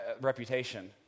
reputation